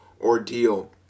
ordeal